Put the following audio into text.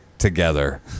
Together